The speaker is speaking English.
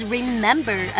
Remember